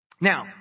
Now